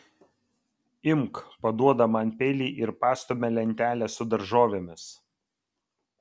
imk paduoda man peilį ir pastumia lentelę su daržovėmis